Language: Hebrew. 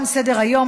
תם סדר-היום.